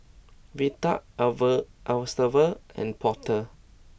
Velda Estevan and Porter